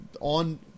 on